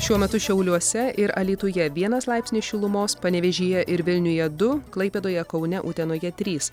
šiuo metu šiauliuose ir alytuje vienas laipsnis šilumos panevėžyje ir vilniuje du klaipėdoje kaune utenoje trys